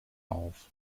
auf